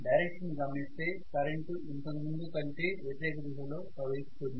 direction ని గమనిస్తే current ఇంతకు ముందు కంటే వ్యతిరేక దిశలో ప్రవహిస్తుంది